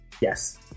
Yes